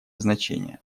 значение